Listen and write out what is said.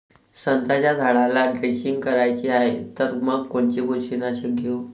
संत्र्याच्या झाडाला द्रेंचींग करायची हाये तर मग कोनच बुरशीनाशक घेऊ?